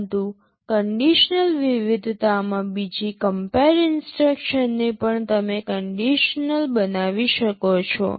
પરંતુ કન્ડિશનલ વિવિધતામાં બીજી કમ્પેર ઇન્સટ્રક્શનને પણ તમે કન્ડિશનલ બનાવી શકો છો